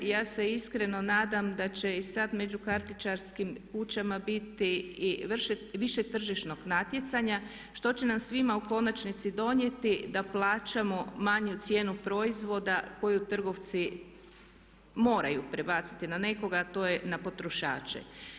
Ja se iskreno nadam da će i sad među kartičarskim kućama biti i više tržišnog natjecanja što će nam svima u konačnici donijeti da plaćamo manju cijenu proizvoda koju trgovci moraju prebaciti na nekoga a to je na potrošače.